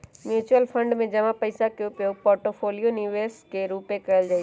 mutual fund में जमा पइसा के उपयोग पोर्टफोलियो निवेश के रूपे कएल जाइ छइ